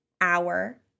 hour